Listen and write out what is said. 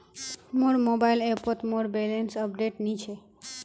मोर मोबाइल ऐपोत मोर बैलेंस अपडेट नि छे